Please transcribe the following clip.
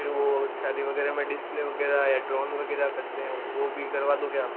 फिर वो शादी वगैरह मे डिस्प्ले वगैरह ड्रोन वगैरह करते है वो भी करवा दोगे आप